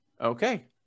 Okay